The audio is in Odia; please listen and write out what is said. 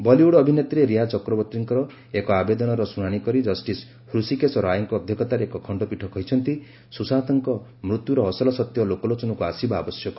ବଲିଉଡ୍ ଅଭିନେତ୍ରୀ ରିୟା ଚକ୍ରବର୍ତ୍ତୀଙ୍କର ଏକ ଆବେଦନର ଶୁଣାରି କରି ଜଷ୍ଟିସ୍ ହୃଷୀକେଶ ରାୟଙ୍କ ଅଧ୍ୟକ୍ଷତାରେ ଏକ ଖଶ୍ଚପୀଠ କହିଛନ୍ତି ସୁଶାନ୍ତଙ୍କ ମୃତ୍ୟୁର ଅସଲ ସତ୍ୟ ଲୋକଲୋଚନକୁ ଆସିବା ଆବଶ୍ୟକ